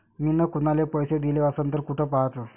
मिन कुनाले पैसे दिले असन तर कुठ पाहाचं?